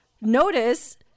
notice